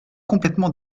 complètement